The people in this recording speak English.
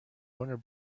owner